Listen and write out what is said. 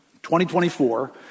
2024